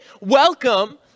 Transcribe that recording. welcome